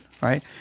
right